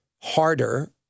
harder